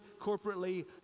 corporately